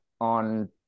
on